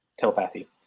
telepathy